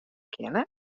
kinne